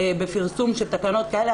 בפרסום של תקנות כאלה.